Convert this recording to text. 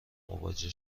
مواجه